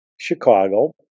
Chicago